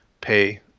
pay